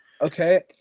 okay